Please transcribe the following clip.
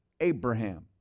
Abraham